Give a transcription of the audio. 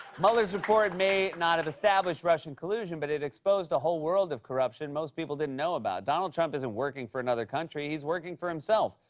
mueller's report may not have established russian collusion, but it exposed a whole world of corruption most people didn't know about. donald trump isn't working for another country. he's working for himself.